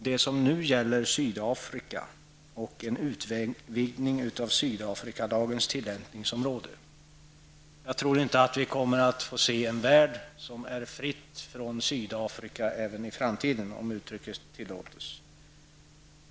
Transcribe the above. Detsamma gäller en utvidgning av Sydafrikalagens tillämpningsområde. Jag tror inte att vi kommer att få se en värld som är ''fri från Sydafrika'', i framtiden, om uttrycket tillåts.